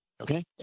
Okay